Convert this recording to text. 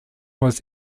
was